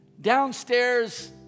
Downstairs